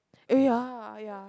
eh ya ya